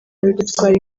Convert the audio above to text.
bidutwara